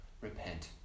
repent